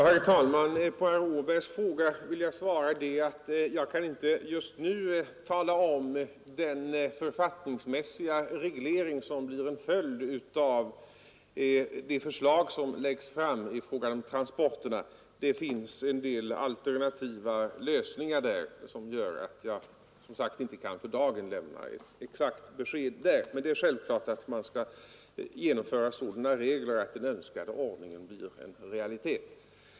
Herr talman! På herr Åbergs fråga vill jag svara att jag just nu inte kan tala om vilken författningsmässig reglering som blir en följd av det utredningsförslag som lagts fram beträffande transporterna. Där finns det en del alternativa lösningar som gör att jag inte för dagen kan lämna något besked. Men klart är att vi skall införa sådana regler att den önskade ordningen blir en realitet.